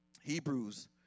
Hebrews